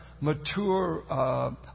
mature